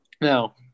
Now